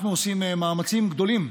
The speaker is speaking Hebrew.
אנחנו עושים מאמצים גדולים,